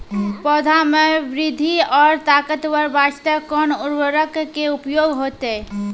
पौधा मे बृद्धि और ताकतवर बास्ते कोन उर्वरक के उपयोग होतै?